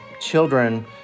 children